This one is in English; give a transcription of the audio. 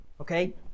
Okay